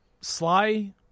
Sly